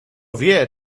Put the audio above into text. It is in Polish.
wie